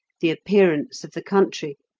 the appearance of the country,